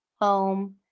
home